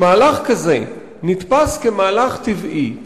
מהלך כזה נתפס כמהלך טבעי,